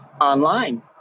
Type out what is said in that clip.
online